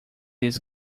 this